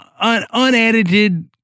unedited